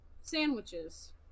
sandwiches